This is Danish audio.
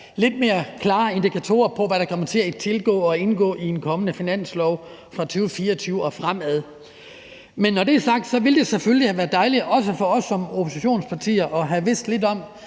lidt mere klare indikatorer på, hvad der kommer til at tilgå og indgå i en kommende finanslov fra 2024 og fremad. Men når det er sagt, ville det selvfølgelig have været dejligt, også for os som oppositionspartier, at have vidst lidt om,